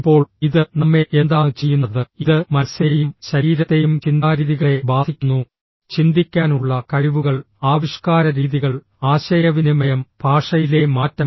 ഇപ്പോൾ ഇത് നമ്മെ എന്താണ് ചെയ്യുന്നത് ഇത് മനസ്സിനെയും ശരീരത്തെയും ചിന്താരീതികളെ ബാധിക്കുന്നു ചിന്തിക്കാനുള്ള കഴിവുകൾ ആവിഷ്കാര രീതികൾ ആശയവിനിമയം ഭാഷയിലെ മാറ്റം